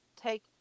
take